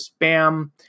spam